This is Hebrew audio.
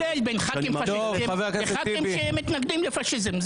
--- יש הבדל בין ח"כים פשיסטים לח"כים שמתנגדים לפשיזם.